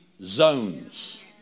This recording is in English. zones